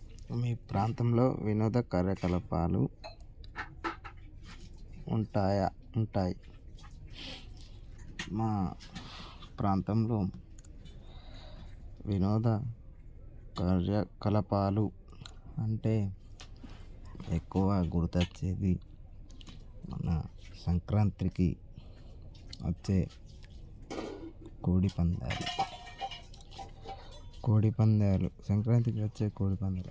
మీ ప్రాంతంలో వినోద కార్యకలాపాలు ఉంటాయా ఉంటాయి మా ప్రాంతంలో వినోద కార్య కలాపాలు అంటే ఎక్కువ గుర్తొచ్చేది మన సంక్రాంతికి వచ్చే కోడి పందాలు కోడిపందాలు సంక్రాంతికి సంక్రాంతికి వచ్చే కోడిపందాలు